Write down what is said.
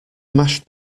mashed